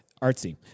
Artsy